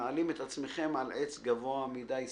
מעלים את עצמכם סתם על עץ גבוה מדי,